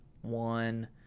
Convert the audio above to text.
one